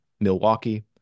Milwaukee